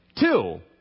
two